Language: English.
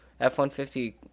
F-150